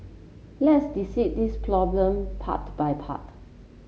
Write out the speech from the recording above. let's this problem part by part